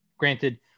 Granted